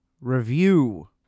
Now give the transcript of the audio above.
review